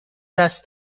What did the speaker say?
دست